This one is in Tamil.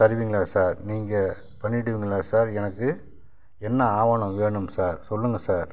தருவீங்களா சார் நீங்கள் பண்ணிடுவீங்களா சார் எனக்கு என்ன ஆவணம் வேணும் சார் சொல்லுங்கள் சார்